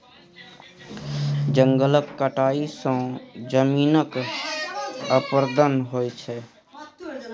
जंगलक कटाई सँ जमीनक अपरदन होइ छै